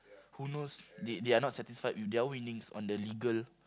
who knows they they are not satisfied with their winnings on the legal